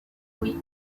oui